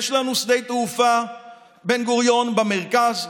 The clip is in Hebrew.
יש לנו שדה תעופה בן-גוריון במרכז,